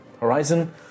Horizon